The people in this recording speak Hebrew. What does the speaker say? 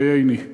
דייני.